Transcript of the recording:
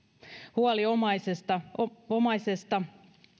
huoli omaisesta omaisesta